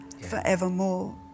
forevermore